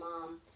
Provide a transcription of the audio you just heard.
mom